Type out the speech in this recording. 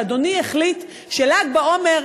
ואדוני החליט של"ג בעומר,